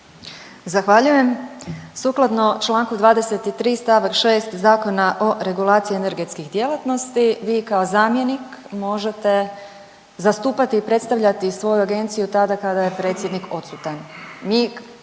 Zahvaljujem. Sukladno čl. 23. st. 6 Zakona o regulaciji energetskih djelatnosti vi kao zamjenik možete zastupati i predstavljati svoju agenciju tada kada je predsjednik odsutan. Mi